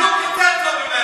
אני יודע חילוק יותר טוב ממנו.